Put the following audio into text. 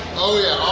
oh yeah,